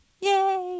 Yay